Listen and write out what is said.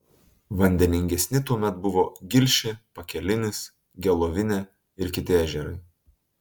vandeningesni tuomet buvo gilšė pakelinis gelovinė ir kiti ežerai